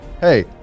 hey